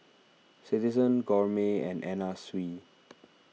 Citizen Gourmet and Anna Sui